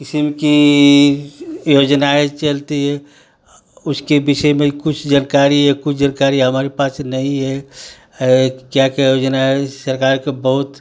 इसिम की योजनाएँ चलती है उसके विषय में कुछ जानकारी या कुछ जानकारी हमारे पास नहीं है है क्या क्या योजना है सरकार को बहुत